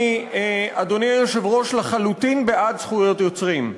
אני, אדוני היושב-ראש, לחלוטין בעד זכויות יוצרים,